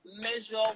measure